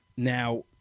Now